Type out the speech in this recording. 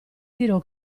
dirò